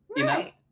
Right